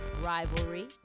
rivalry